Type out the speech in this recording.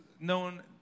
known